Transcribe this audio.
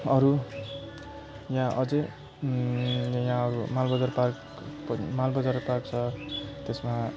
अरू यहाँ अझ यहाँ अरू माल बजार पार्क पनि माल बजार पार्क छ त्यसमा